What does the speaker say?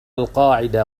القاعدة